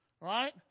right